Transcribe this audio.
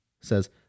says